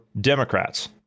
Democrats